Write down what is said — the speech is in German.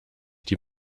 die